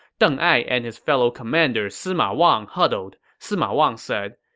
deng ai and his fellow commander sima wang huddled. sima wang said,